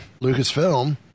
Lucasfilm